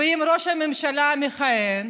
ואם ראש הממשלה המכהן